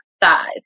thighs